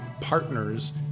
partners